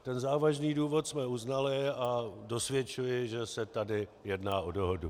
Ten závažný důvod jsme uznali a dosvědčuji, že se tady jedná o dohodu.